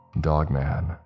Dogman